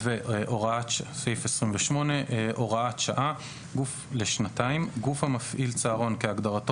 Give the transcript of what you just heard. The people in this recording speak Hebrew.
"(הוראת שעה לשנתיים) (28) גוף המפעיל צהרון כהגדרתו